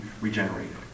regenerated